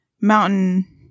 mountain